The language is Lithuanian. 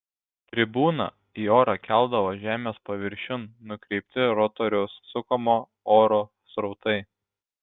tribūną į orą keldavo žemės paviršiun nukreipti rotoriaus sukamo oro srautai